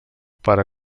pare